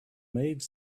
made